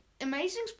Amazing